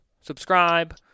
Subscribe